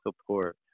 support